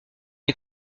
est